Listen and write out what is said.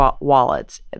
wallets